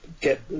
get